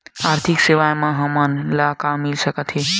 आर्थिक सेवाएं से हमन ला का मिल सकत हे?